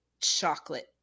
chocolate